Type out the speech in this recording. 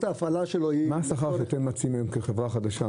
ההפעלה שלו היא --- מה השכר שאתם מציעים לנהגים כחברה חדשה?